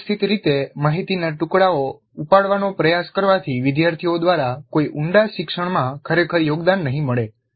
અવ્યવસ્થિત રીતે માહિતીના ટુકડાઓ ઉપાડવાનો પ્રયાસ કરવાથી વિદ્યાર્થીઓ દ્વારા કોઈ ઊંડા શિક્ષણમાં ખરેખર યોગદાન નહીં મળે